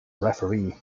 referee